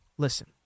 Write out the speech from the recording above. Listen